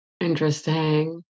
Interesting